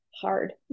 hard